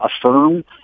affirm